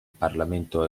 parlamento